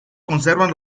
conservan